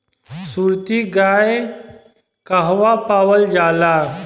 सुरती गाय कहवा पावल जाला?